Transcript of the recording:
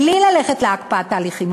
בלי ללכת להקפאת ההליכים.